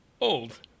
old